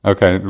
Okay